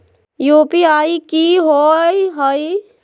UPI कि होअ हई?